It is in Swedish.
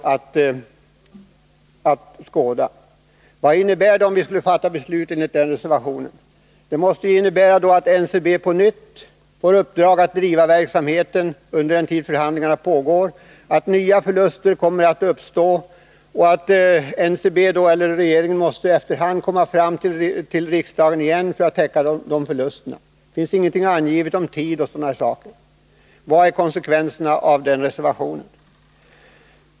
Vad skulle det innebära, om vi skulle fatta beslut i överensstämmelse med denna reservation? Jo, det skulle innebära att NCB får i uppdrag att driva verksamheten under den tid förhandlingarna pågår, att nya förluster kommer att uppstå och att regeringen på nytt måste vända sig till riksdagen för att företagets förluster skall bli täckta. Det finns inte heller någonting angivet om tid m.m. Så luddiga förslag bör riksdagen inte anta.